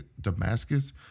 Damascus